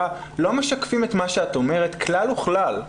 לא משקפות את מה שאת אומרת כלל וכלל.